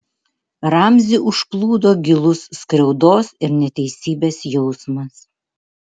ramzį užplūdo gilus skriaudos ir neteisybės jausmas